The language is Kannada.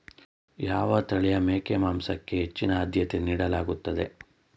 ಯಾವ ತಳಿಯ ಮೇಕೆ ಮಾಂಸಕ್ಕೆ ಹೆಚ್ಚಿನ ಆದ್ಯತೆ ನೀಡಲಾಗುತ್ತದೆ?